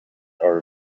are